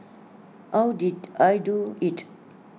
how did I do IT